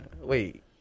Wait